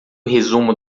resumo